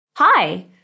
Hi